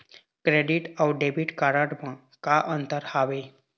Credit अऊ debit card म का अंतर हावे?